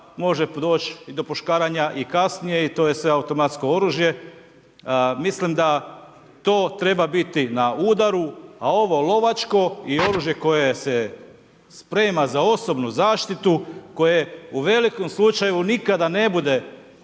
može doći i do puškaranja i kasnije i to je sve automatsko oružje. Mislim da to treba biti na udaru, a ovo lovačko i oružje koje se sprema za osobnu zaštitu koje u velikom slučaju nikada ne bude upotrebljeno